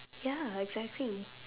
ya exactly